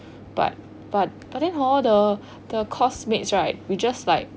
but but but them [ho] the the course mates right we just like